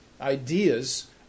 ideas